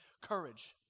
courage